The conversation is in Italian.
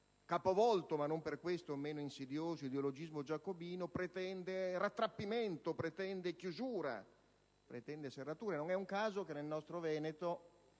capovolto ma non per questo meno insidioso ideologismo giacobino, pretende rattrappimento, chiusura, serrature. Non è un caso che nel nostro Veneto